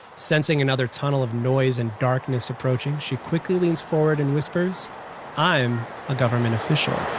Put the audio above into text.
sensing another tunnel of noise and darkness approaching, she quickly leans forward and whispers i'm a government official